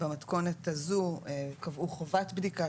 במתכונת הזו קבעו חובת בדיקה,